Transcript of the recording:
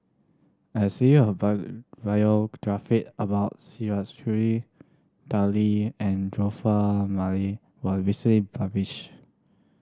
a serie of biography about Sia Kah Hui Tao Li and Joseph was recently published